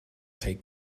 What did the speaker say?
take